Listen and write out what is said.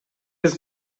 биз